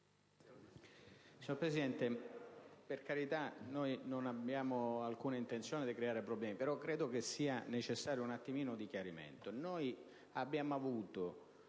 Signor Presidente, per carità, non abbiamo alcuna intenzione di creare problemi, ma credo sia necessario un chiarimento.